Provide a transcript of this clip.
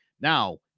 now